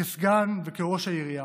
כסגן וכראש העירייה,